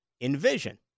envision